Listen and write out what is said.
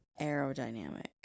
aerodynamic